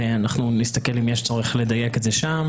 אנחנו נסתכל אם יש צורך לדייק את זה שם.